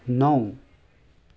नौ